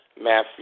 Matthew